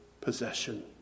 possession